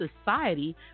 Society